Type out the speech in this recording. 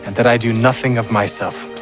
that i do nothing of myself